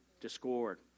Discord